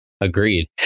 Agreed